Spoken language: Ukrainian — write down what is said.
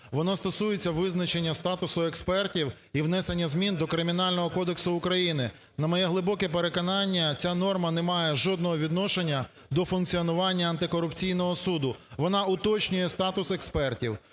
Воно стосується визначення статусу експертів і внесення змін до Кримінального кодексу України. На моє глибоке переконання, ця норма не має жодного відношення до функціонування антикорупційного суду, вона уточнює статус експертів.